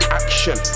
action